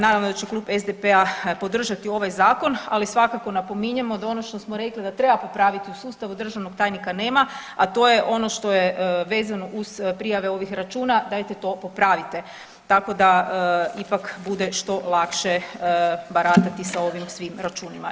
Naravno da će klub SDP-a podržati ovaj zakon, ali svakako napominjemo da ono što smo rekli da treba popraviti u sustavu, državnog tajnika nema, a to je ono što je vezano uz prijave ovih računa, dajte to popravite tako da ipak bude što lakše baratati sa ovim svim računima.